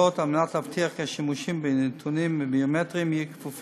כדי להבטיח שהשימוש בנתונים ביומטריים יהיה כפוף